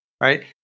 Right